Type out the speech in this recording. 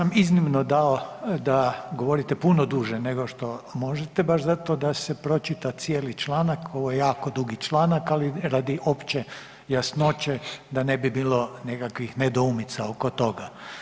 Ja sam iznimo dao da govorite puno duže nego što možete baš zato da se pročita cijeli članak, ovo je jako dugi članak ali radi opće jasnoće da ne bi bilo nekakvih nedoumica oko toga.